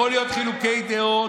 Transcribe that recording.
יכולים להיות חילוקי דעות,